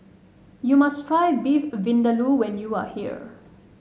you must try Beef Vindaloo when you are here